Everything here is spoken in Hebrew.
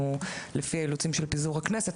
לפי האילוצים של פיזור הכנסת,